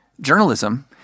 journalism